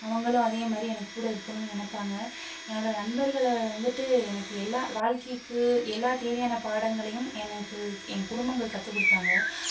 அவங்களும் அதேமாதிரி எனக்கு கூட இருக்கணும்னு நினப்பாங்க என்னோட நண்பர்களை வந்துவிட்டு எனக்கு எல்லா வாழ்க்கைக்கு எல்லா தேவையான பாடங்களையும் எனக்கு என் குடும்பங்கள் கற்றுக் கொடுத்தாங்க